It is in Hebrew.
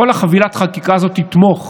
כל חבילת החקיקה הזאת תתמוך